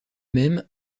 même